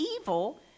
evil